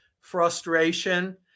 frustration